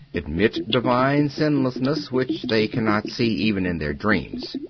admit divine sinlessness, which they cannot see even in their dreams.